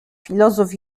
filozof